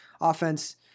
offense